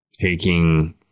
taking